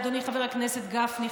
אדוני חבר הכנסת גפני,